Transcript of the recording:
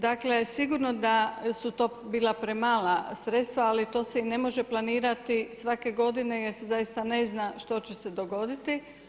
Dakle, sigurno da su to bila premala sredstva ali to se i ne može planirati svake godine jer se zaista ne zna što će se dogoditi.